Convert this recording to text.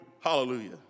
Hallelujah